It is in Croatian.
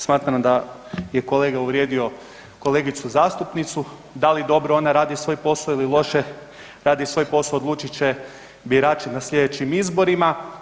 Smatram da je kolega uvrijedio kolegicu zastupnicu, da li dobro ona radi svoj posao ili loše radi svoj posao odlučit će birači na slijedećim izborima.